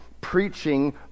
preaching